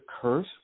curse